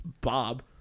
Bob